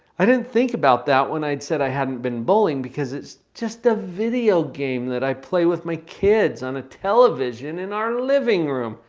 i didn't think about that when i'd said i hadn't been bowling because it's just a video game that i play with my kids on a television in our living room.